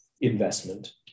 investment